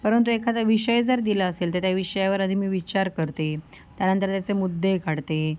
परंतु एखादा विषय जर दिला असेल तर त्या विषयावर आधी मी विचार करते त्यानंतर त्याचे मुद्दे काढते